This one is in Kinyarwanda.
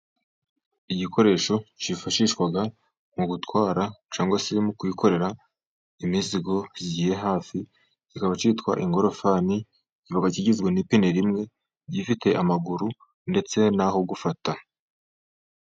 Igikoresho cyifashishwa mu gutwara cyangwa mu kwikorera imizigo zigiye hafi kikaba cyitwa ingorofani, kigizwe n' ipine rimwe, gifite amaguru ndetse n' aho gufata.